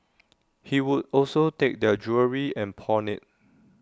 he would also take their jewellery and pawn IT